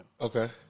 Okay